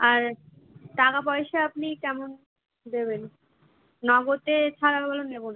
আর টাকা পয়সা আপনি কেমন দেবেন নগদে ছাড়া হলে নেবো না